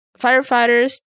firefighters